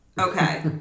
Okay